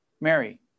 Mary